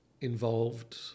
involved